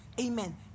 Amen